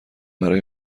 برای